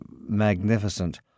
magnificent